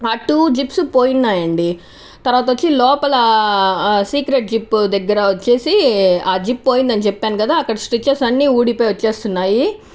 ఆ two zips పోయున్నాయండీ తర్వాతొచ్చి లోపలా సీక్రెట్ జిప్ దగ్గర వచ్చేసి ఆ జిప్ పోయిందని చెప్పాను కదా అక్కడ స్ట్రిచ్చెస్ అని ఊడిపోయి వచ్చేస్తున్నాయి